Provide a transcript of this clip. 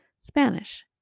Spanish